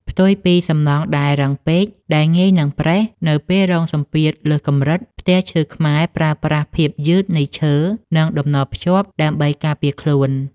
ផ្ទុយពីសំណង់ដែលរឹងពេក ដែលងាយនឹងប្រេះនៅពេលរងសម្ពាធលើសកម្រិត ផ្ទះឈើខ្មែរប្រើប្រាស់ភាពយឺតនៃឈើ និងតំណភ្ជាប់ដើម្បីការពារខ្លួន។